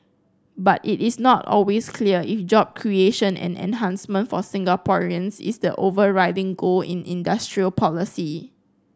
but it is not always clear if job creation and enhancement for Singaporeans is the overriding goal in industrial policy